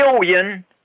billion